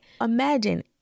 imagine